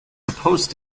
supposed